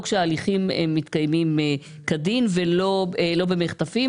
שההליכים מתקיימים כדין ולא במחטפים.